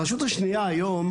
הרשות השנייה היום,